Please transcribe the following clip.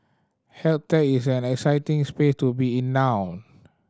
health tech is an exciting space to be in now